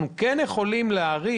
אבל אנחנו כן יכולים להעריך